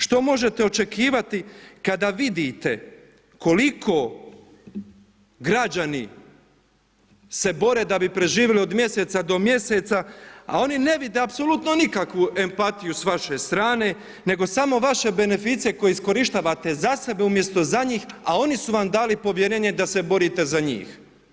Što možete očekivati kada vidite koliko građani se bore da bi preživjeli od mjeseca do mjeseca, a oni ne vide apsolutno nikakvu empatiju s vaše strane, nego samo vaše beneficije koje iskorištavate za sebe umjesto za njih, a oni su vam dali povjerenje da se borite za njih?